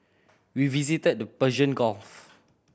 we visited the Persian Gulf